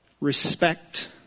Respect